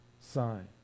sign